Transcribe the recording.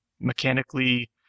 mechanically